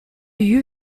you